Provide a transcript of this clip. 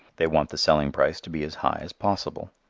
they want the selling price to be as high as possible.